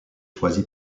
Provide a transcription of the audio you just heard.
choisi